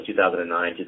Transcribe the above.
2009